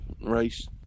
race